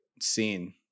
scene